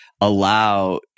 allow –